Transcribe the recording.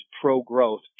pro-growth